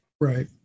Right